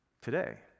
Today